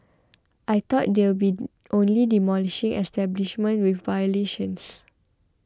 I thought they'll be only demolishing establishments with violations